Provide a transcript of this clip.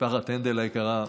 משפחת הנדל היקרה,